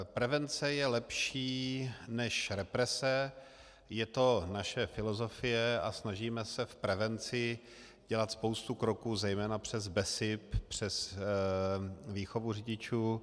Prevence je lepší než represe, je to naše filozofie a snažíme se v prevenci dělat spoustu kroků, zejména přes BESIP, přes výchovu řidičů.